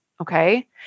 Okay